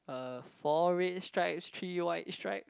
uh four red stripes three white stripe